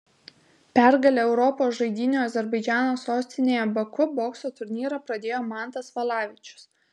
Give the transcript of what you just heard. pergale europos žaidynių azerbaidžano sostinėje baku bokso turnyrą pradėjo mantas valavičius